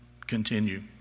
continue